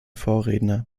vorredner